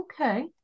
Okay